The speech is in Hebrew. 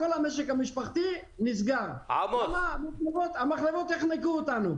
כל המשק המשפחתי נסגר כי המחלבות יחנקו אותנו.